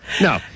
No